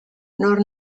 nor